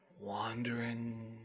wandering